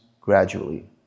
gradually